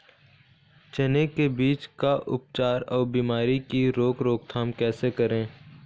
चने की बीज का उपचार अउ बीमारी की रोके रोकथाम कैसे करें?